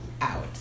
out